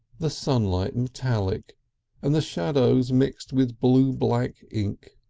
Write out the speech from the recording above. the sunlight and metallic and the shadows mixed with blue-black ink.